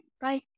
Bye